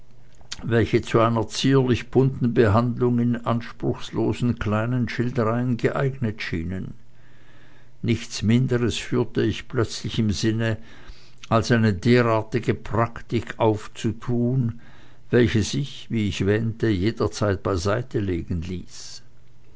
welche zu einer zierlich bunten behandlung in anspruchslosen kleinen schildereien geeignet schienen nichts minderes führte ich plötzlich im sinne als eine derartige praktik aufzutun welche sich wie ich wähnte jederzeit beiseite legen ließ